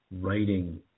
writing